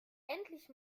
endlich